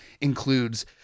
includes